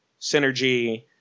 Synergy